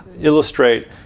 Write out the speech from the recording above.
illustrate